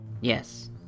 Yes